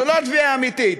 זו לא תביעה אמיתית,